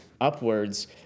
upwards